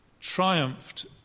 triumphed